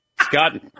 Scott